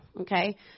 Okay